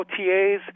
OTAs